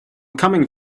coming